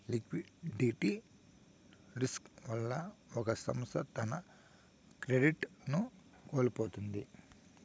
liquidity risk వల్ల ఒక సంస్థ తన క్రెడిట్ ను కోల్పోతుంది